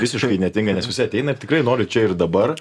visiškai netinka nes visi ateina ir tikrai nori čia ir dabar